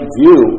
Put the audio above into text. view